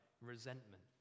resentment